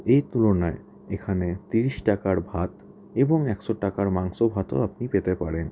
এই তুলনায় এখানে তিরিশ টাকার ভাত এবং একশো টাকার মাংস ভাতও আপনি পেতে পারেন